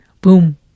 boom